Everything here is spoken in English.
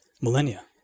millennia